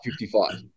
55